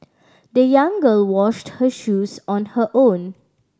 the young girl washed her shoes on her own